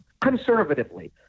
conservatively